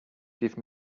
give